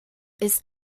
ist